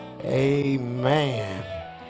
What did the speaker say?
amen